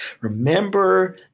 Remember